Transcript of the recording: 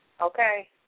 okay